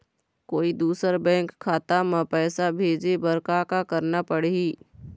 कोई दूसर बैंक खाता म पैसा भेजे बर का का करना पड़ही?